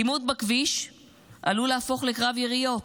עימות בכביש עלול להפוך לקרב יריות,